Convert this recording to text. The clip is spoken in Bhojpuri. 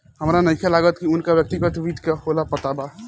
हामरा नइखे लागत की उनका व्यक्तिगत वित्त का होला पता बा